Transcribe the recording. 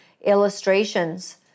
illustrations